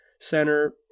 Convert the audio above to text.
center